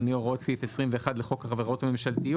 לפי הוראות סעיף 21 לחוק החברות הממשלתיות,